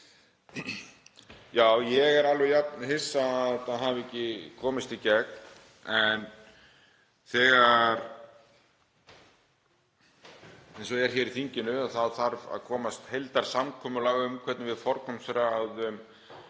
Já, ég er alveg jafn hissa að þetta hafi ekki komist í gegn. En eins og það er hér í þinginu þá þarf að komast á heildarsamkomulag um hvernig við forgangsröðum